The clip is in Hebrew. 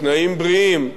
בתנאים בריאים,